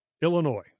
Illinois